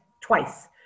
twice